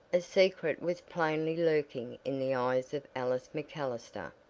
a secret was plainly lurking in the eyes of alice macallister.